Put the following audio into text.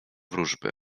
wróżby